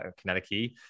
Connecticut